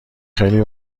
خیلی